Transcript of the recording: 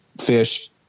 fish